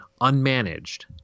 unmanaged